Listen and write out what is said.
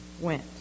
went